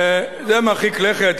זה מרחיק לכת.